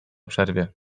przerwie